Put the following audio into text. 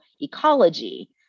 ecology